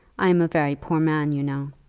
i am a very poor man, you know.